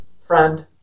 friend